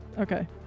Okay